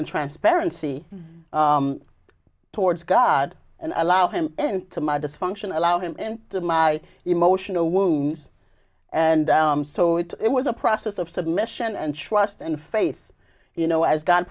and transparency towards god and allow him into my dysfunction allow him in my emotional wounds and so it was a process of submission and trust and faith you know as go